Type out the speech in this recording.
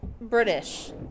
British